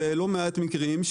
ולא מעט מקרים,